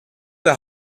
der